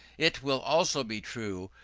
it will also be true,